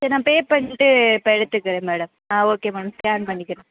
சரி நான் பே பண்ணிவிட்டு இப்போ எடுத்துக்கிறேன் மேடம் ஆ ஓகே மேம் ஸ்கேன் பண்ணிக்கிறேன்